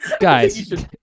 Guys